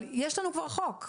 אבל יש לנו כבר חוק,